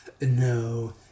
No